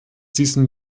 diesen